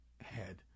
head